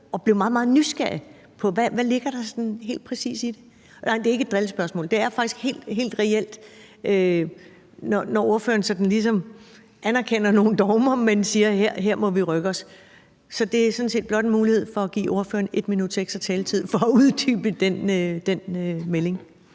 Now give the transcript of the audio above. og blev meget, meget nysgerrig på, hvad der sådan helt præcis ligger i det. Det er ikke et drillespørgsmål, det er faktisk helt reelt, i forhold til at ordføreren ligesom anerkender nogle dogmer, men siger, at her må vi rykke os. Så det er sådan set blot en mulighed for at give ordføreren 1 minuts ekstra taletid for at uddybe den melding.